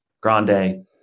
grande